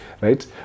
Right